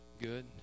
good